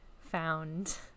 found